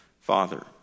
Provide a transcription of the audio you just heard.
father